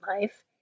life